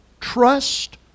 trust